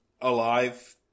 alive